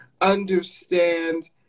understand